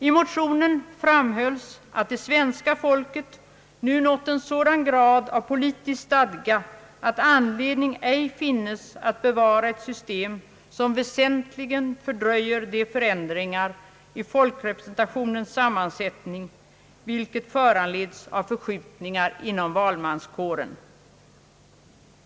I motionen framhölls att det svenska folket nu nått en sådan grad av politisk stadga att anledning ej finnes att bevara ett system som väsentligen fördröjer de förändringar i folkrepresentationens sammansättning, vilka föranleds av förskjutningar inom valmanskåren.